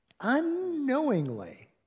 unknowingly